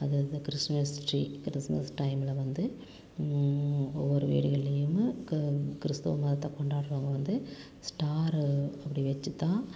அது வந்து Christmas tree Christmas டைம்ல வந்து ஒவ்வொரு வீடுகளிலேயும் கிறிஸ்துவ மதத்தை கொண்டாடுகிறவங்க வந்து ஸ்டாரை இப்படி வச்சி தான்